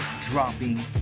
dropping